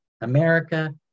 America